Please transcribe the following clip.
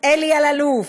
אלי אלאלוף,